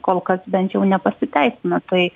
kol kas bent jau nepasiteisina tai